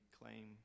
claim